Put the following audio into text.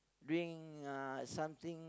drink uh something